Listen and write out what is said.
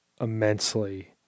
immensely